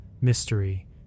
mystery